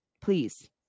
please